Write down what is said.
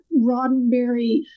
Roddenberry